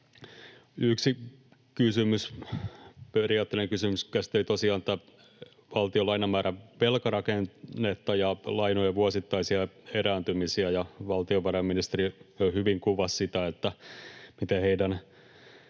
Yksi periaatteellinen kysymys käsitteli tosiaan tätä valtion lainamäärän velkarakennetta ja lainojen vuosittaisia erääntymisiä, ja valtiovarainministeriö hyvin kuvasi sitä, miten heidän